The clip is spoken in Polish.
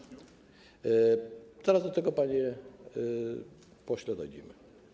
Zaraz do tego, panie pośle, dojdziemy.